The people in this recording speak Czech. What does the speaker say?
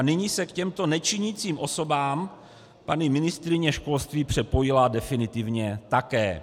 Nyní se k těmto nečinícím osobám paní ministryně školství připojila definitivně také.